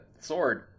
sword